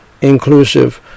inclusive